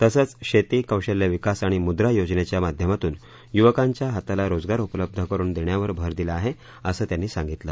तसेच शेती कौशल्यविकास आणि मुद्रा योजनेच्या माध्यमातून युवकांच्या हाताला रोजगार उपलब्ध करून देण्यावर भर दिला आहे असं त्यांनी सांगितलं